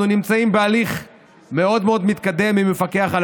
אנחנו נמצאים בהליך מאוד מאוד מתקדם עם המפקח על